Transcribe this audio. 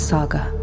Saga